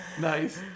Nice